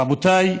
רבותיי,